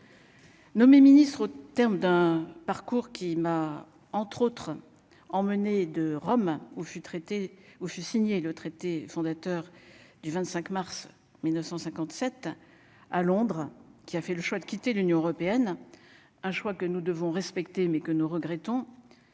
Nommé ministre au terme d'un parcours qui m'a, entre autres, emmenés de Romain oh je suis traité où fut signé le traité fondateur du 25 mars 1957 à Londres qui a fait le choix de quitter l'Union européenne, un choix que nous devons respecter mais que nous regrettons,